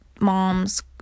moms